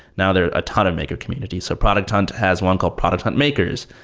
now, there are a ton of maker communities. so product hunt has one called product hunt makers.